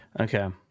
Okay